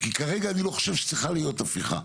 כי כרגע אני לא חושב שצריכה להיות הפיכה.